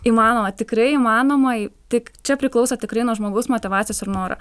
įmanoma tikrai įmanoma tik čia priklauso tikrai nuo žmogaus motyvacijos ir noro